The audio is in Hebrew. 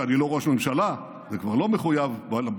כשאני לא ראש ממשלה וזה כבר לא מחויב בפרוטוקול,